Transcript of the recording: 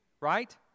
right